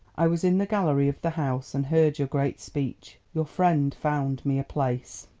i was in the gallery of the house and heard your great speech. your friend found me a place.